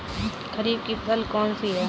खरीफ की फसल कौन सी है?